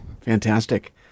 Fantastic